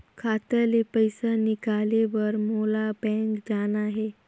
खाता ले पइसा निकाले बर मोला बैंक जाना हे?